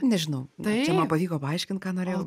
nežinau čia man pavyko paaiškint ką norėjau